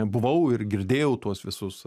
buvau ir girdėjau tuos visus